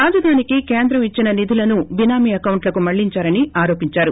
రాజధానికి కేంద్రం ఇచ్చిన నిధులను బినామీ అకౌంట్లకు మళ్లించారని ఆరోపించారు